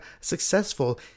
successful